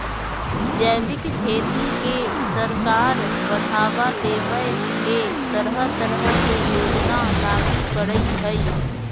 जैविक खेती के सरकार बढ़ाबा देबय ले तरह तरह के योजना लागू करई हई